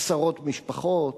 עשרות משפחות,